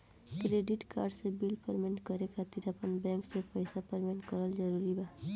Credit card के bill payment करे खातिर आपन बैंक से पईसा पेमेंट करल जरूरी बा?